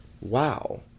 wow